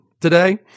today